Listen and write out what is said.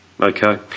Okay